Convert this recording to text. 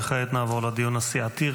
וכעת נעבור לדיון הסיעתי.